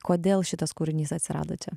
kodėl šitas kūrinys atsirado čia